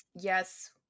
Yes